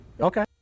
Okay